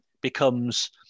becomes